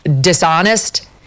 dishonest